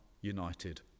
united